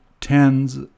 tends